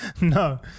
No